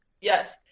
Yes